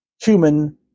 human